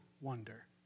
wonder